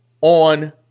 on